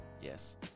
Yes